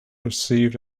received